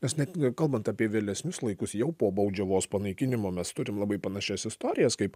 nes net kalbant apie vėlesnius laikus jau po baudžiavos panaikinimo mes turim labai panašias istorijas kaip